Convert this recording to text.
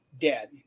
dead